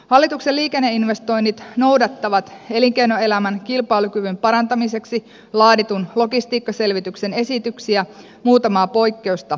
hallituksen liikenneinvestoinnit noudattavat elinkeinoelämän kilpailukyvyn parantamiseksi laaditun logistiikkaselvityksen esityksiä muutamaa poikkeusta lukuun ottamatta